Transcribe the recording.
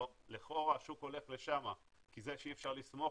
לכאורה השוק הולך לשם כי זה שאי אפשר לסמוך